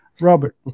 Robert